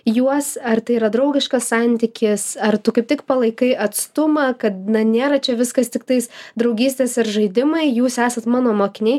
juos ar tai yra draugiškas santykis ar tu kaip tik palaikai atstumą kad nėra čia viskas tiktais draugystės ir žaidimai jūs esat mano mokiniai